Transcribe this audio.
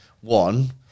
one